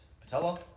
patella